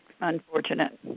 unfortunate